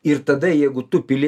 ir tada jeigu tu pili